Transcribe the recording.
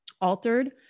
altered